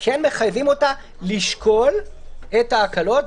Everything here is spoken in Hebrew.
כן מחייבים אותה לשקול את ההקלות,